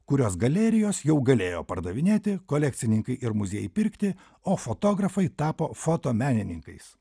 kurios galerijos jau galėjo pardavinėti kolekcininkai ir muziejai pirkti o fotografai tapo fotomenininkais